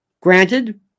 Granted